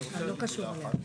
אני רוצה להגיד מילה אחת.